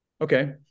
Okay